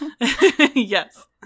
Yes